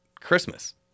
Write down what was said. Christmas